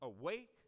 awake